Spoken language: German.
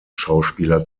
schauspieler